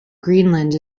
greenland